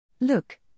Look